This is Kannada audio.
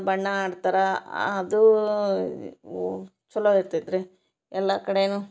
ಬಣ್ಣ ಆಡ್ತರೆ ಅದು ಒ ಛಲೋ ಇರ್ತೈತೆ ರೀ ಎಲ್ಲ ಕಡೆನು